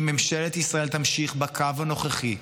אם ממשלת ישראל תמשיך בקו הנוכחי,